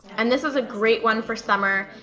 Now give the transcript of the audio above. and this is great one for summer,